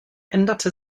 änderte